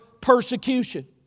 persecution